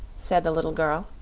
said the little girl.